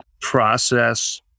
Process